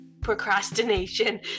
procrastination